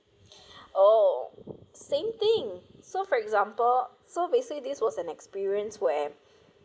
oh same thing so for example so basically this was an experience where